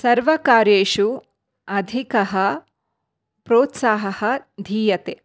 सर्वकार्येषु अधिकः प्रोत्साहः धीयते